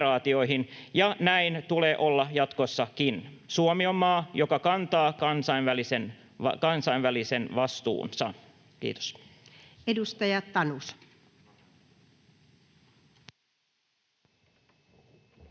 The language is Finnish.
ja näin tulee olla jatkossakin. Suomi on maa, joka kantaa kansainvälisen vastuunsa. — Kiitos.